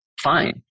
fine